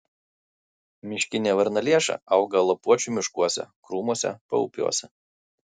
miškinė varnalėša auga lapuočių miškuose krūmuose paupiuose